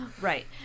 Right